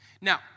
Now